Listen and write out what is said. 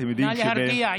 נא להרגיע.